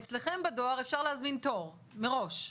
אצלכם בדואר אפשר להזמין תור מראש.